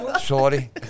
Sorry